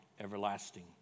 everlasting